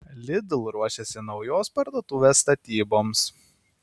lidl ruošiasi naujos parduotuvės statyboms